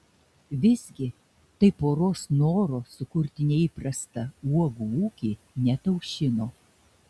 visgi tai poros noro sukurti neįprastą uogų ūkį neataušino